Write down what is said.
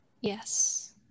Yes